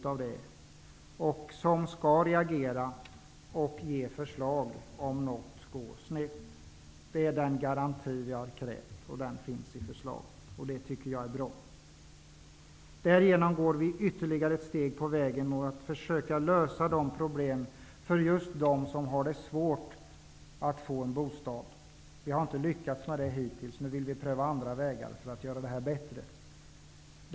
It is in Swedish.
Arbetsgruppen skall reagera och lägga fram förslag om något går snett. Det är den garanti vi har krävt. Den finns i förslaget, och det tycker jag är bra. Härigenom går vi ytterligare ett steg på vägen mot att försöka lösa problemen för dem som har det svårt att få en bostad. Vi har hittills inte lyckats, och nu vill vi pröva andra vägar för att det skall gå bättre.